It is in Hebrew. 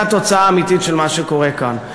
זו התוצאה האמיתית של מה שקורה כאן.